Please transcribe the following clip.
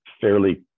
fairly